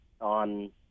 on